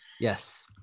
Yes